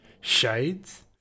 shades